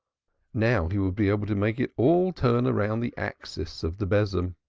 now he would be able to make it all turn round the axis of the besom.